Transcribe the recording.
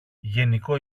γενικό